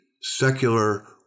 secular